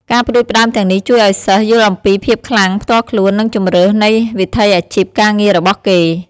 ការផ្ដួចផ្ដើមទាំងនេះជួយឲ្យសិស្សយល់អំពីភាពខ្លាំងផ្ទាល់ខ្លួន និងជម្រើសនៃវិថីអាជីពការងាររបស់គេ។